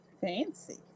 Fancy